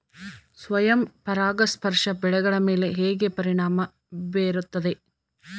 ಸ್ವಯಂ ಪರಾಗಸ್ಪರ್ಶ ಬೆಳೆಗಳ ಮೇಲೆ ಹೇಗೆ ಪರಿಣಾಮ ಬೇರುತ್ತದೆ?